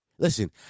Listen